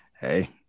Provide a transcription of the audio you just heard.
hey